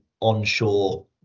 onshore